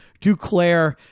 Duclair